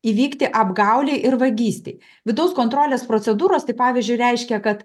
įvykti apgaulei ir vagystei vidaus kontrolės procedūros tai pavyzdžiui reiškia kad